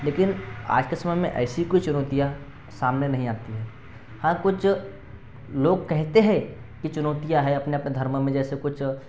लेकिन आज के समय में ऐसी कुछ चुनौतियाँ सामने नहीं आती हैं हाँ कुछ लोग कहते हैं कि चुनौतियाँ हैं अपने अपने धर्म में जैसे कुछ